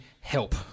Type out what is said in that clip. Help